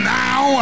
now